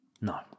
No